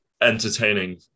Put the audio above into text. entertaining